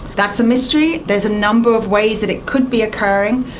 that's a mystery. there's a number of ways that it could be occurring,